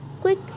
quick